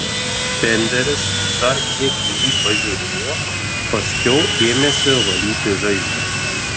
fenderis dar kiek į jį pažiūrėjo paskiau ėmėsi valyti žaizdą